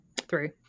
Three